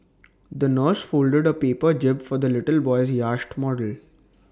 the nurse folded A paper jib for the little boy's yacht model